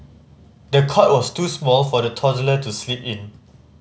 the cot was too small for the toddler to sleep in